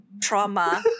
trauma